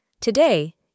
Today